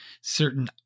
certain